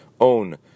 own